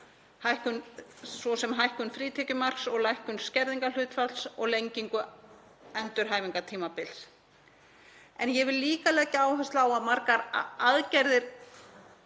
svo sem hækkun frítekjumarks og lækkun skerðingarhlutfalls og lengingu endurhæfingartímabils. En ég vil líka leggja áherslu á að margar almennar